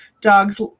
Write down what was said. dogs